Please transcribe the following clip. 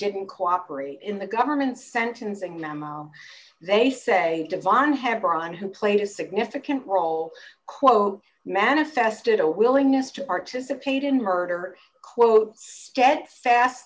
didn't cooperate in the government's sentencing memo they say yvonne hebron who played a significant role quote manifested a willingness to participate in murder quote steadfast